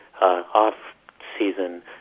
off-season